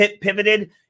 pivoted